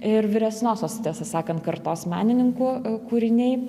ir vyresniosios tiesą sakant kartos menininkų kūriniai